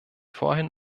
vorhin